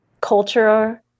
culture